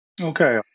Okay